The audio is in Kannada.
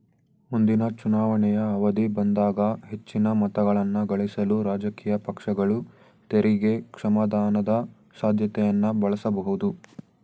ಮುಂದಿನ ಚುನಾವಣೆಯ ಅವಧಿ ಬಂದಾಗ ಹೆಚ್ಚಿನ ಮತಗಳನ್ನಗಳಿಸಲು ರಾಜಕೀಯ ಪಕ್ಷಗಳು ತೆರಿಗೆ ಕ್ಷಮಾದಾನದ ಸಾಧ್ಯತೆಯನ್ನ ಬಳಸಬಹುದು